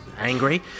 angry